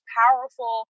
powerful